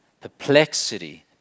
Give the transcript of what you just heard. perplexity